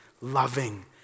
loving